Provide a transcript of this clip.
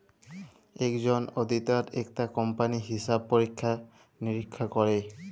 একজল অডিটার একটা কম্পালির হিসাব পরীক্ষা লিরীক্ষা ক্যরে